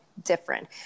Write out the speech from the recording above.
different